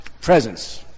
presence